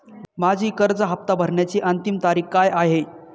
माझी कर्ज हफ्ता भरण्याची अंतिम तारीख काय आहे?